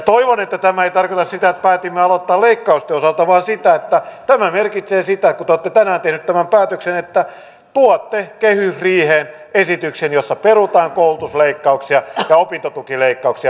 toivon että tämä ei tarkoita sitä että päätimme aloittaa leikkausten osalta vaan että tämä merkitsee sitä kun te olette tänään tehneet tämän päätöksen että tuotte kehysriiheen esityksen jossa perutaan koulutusleikkauksia ja opintotukileikkauksia